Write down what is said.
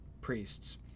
priests